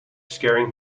scaring